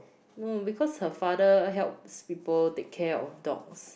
no because her father helps people take care of dogs